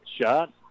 shot